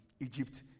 Egypt